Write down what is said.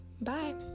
bye